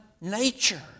nature